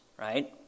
right